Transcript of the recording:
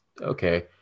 Okay